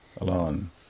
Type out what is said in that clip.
alone